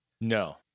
No